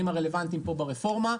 רק שואל.